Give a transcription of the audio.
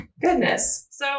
Goodness